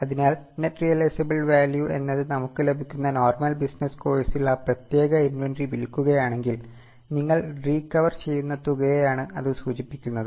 അതിനാൽ net realisable value ചെയ്യുന്ന തുകയെയാണ് അത് സൂചിപ്പിക്കുന്നത്